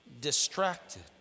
Distracted